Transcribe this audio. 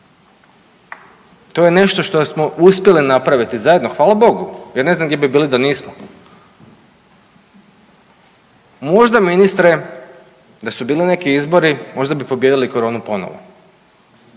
To je nešto što smo uspjeli napraviti zajedno, hvala Bogu jer ne znam gdje bi bili da nismo. Možda, ministre, da su bili neki izbori, možda bi pobijedili koronu ponovo.